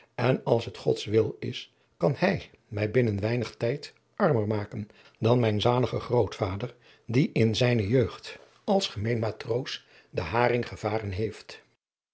en als het gods wil is kan hij mij binnen weinig tijd armer maken dan mijn zalige grootvader die in zijne jeugd als gemeen matroos ten haring gevaren heeft